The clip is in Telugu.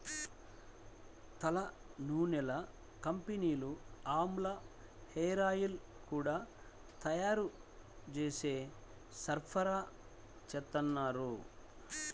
తలనూనెల కంపెనీలు ఆమ్లా హేరాయిల్స్ గూడా తయ్యారు జేసి సరఫరాచేత్తన్నారు